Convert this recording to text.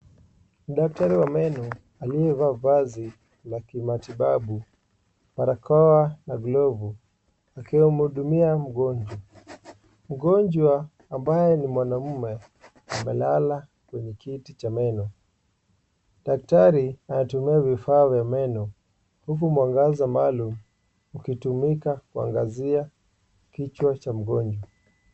Daktari wa meno, aliyevaa vazi la kimatibabu, barakoa na glovu, akimhudumia mgonjwa. Mgonjwa ambaye ni mwanamume, amelala kwenye kiti cha meno. Daktari anatumia vifaa vya meno, huku mwangaza maalum, ukitumika kuangazia kichwa cha mgonjwa.